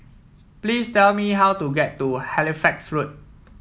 please tell me how to get to Halifax Road